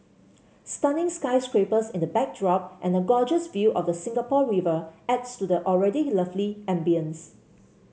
stunning sky scrapers in the backdrop and a gorgeous view of the Singapore River adds to the already lovely ambience